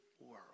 world